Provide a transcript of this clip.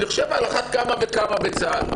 על אחת כמה וכמה בצה"ל.